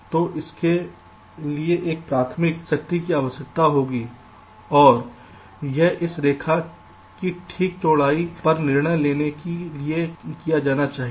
तो इसके लिए एक प्राथमिक शक्ति की आवश्यकता होगी और यह इस रेखा की ठीक चौड़ाई पर निर्णय लेने के लिए किया जाना चाहिए